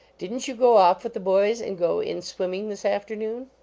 didn t you go off with the boys and go in swimming this afternoon?